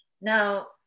Now